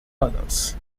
others